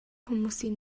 хүмүүсийн